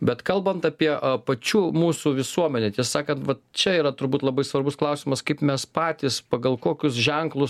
bet kalbant apie pačių mūsų visuomenę tiesa sakant vat čia yra turbūt labai svarbus klausimas kaip mes patys pagal kokius ženklus